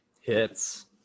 Hits